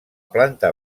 planta